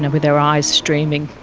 with their eyes streaming,